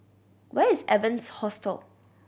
where is Evans Hostel